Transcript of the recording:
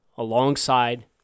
alongside